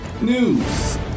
news